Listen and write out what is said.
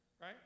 right